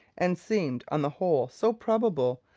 and seemed on the whole so probable,